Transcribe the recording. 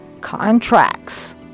contracts